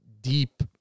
deep